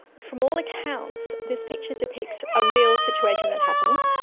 from all accounts, this picture depicts a real situation that happened.